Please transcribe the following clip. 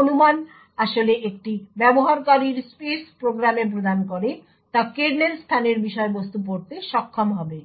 অনুমান আসলে একটি ব্যবহারকারীর স্পেস প্রোগ্রামে প্রদান করে তা কার্নেল স্থানের বিষয়বস্তু পড়তে সক্ষম হবে